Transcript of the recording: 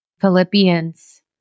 Philippians